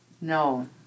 No